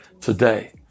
today